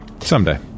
Someday